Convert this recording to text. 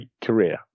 career